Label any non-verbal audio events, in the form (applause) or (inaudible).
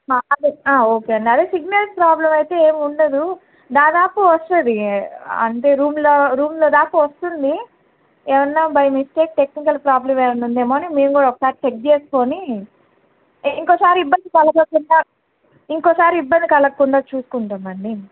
(unintelligible) ఆ ఓకే అదే signals problem అయితే ఏం ఉండదు దాదాపు వస్తుంది అంటే రూమ్లో రూంలో దాకా వస్తుంది ఏమైనా బై మిస్టేక్ టెక్నికల్ ప్రాబ్లమ్ ఏమైనా ఉందేమో మేము కూడా ఒకసారి చెక్ చేసుకుని ఇంకొసారి ఇబ్బంది కలగకుండా ఇంకొసారి ఇబ్బంది కలగకుండా చూసుకుంటాము అండి